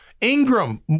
Ingram